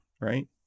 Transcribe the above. Right